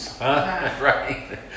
right